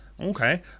Okay